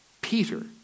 Peter